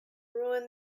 ruin